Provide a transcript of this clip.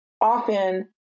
often